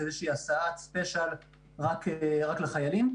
איזושהי הסעת ספיישל רק לחיילים.